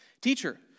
Teacher